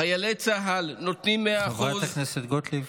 חיילי צה"ל נותנים מאה אחוז,